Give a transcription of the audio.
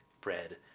bread